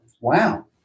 wow